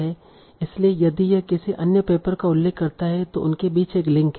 इसलिए यदि यह किसी अन्य पेपर का उल्लेख करता है तो उनके बीच एक लिंक है